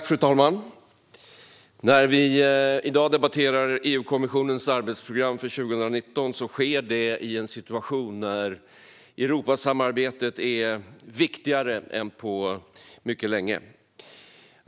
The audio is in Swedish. Fru talman! När vi i dag debatterar EU-kommissionens arbetsprogram för 2019 sker det i en situation där Europasamarbetet är viktigare än på mycket länge.